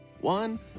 One